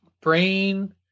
brain